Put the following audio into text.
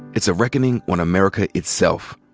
it's a reckoning on america itself,